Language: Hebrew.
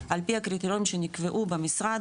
על פי הקריטריונים שנקבעו במשרד,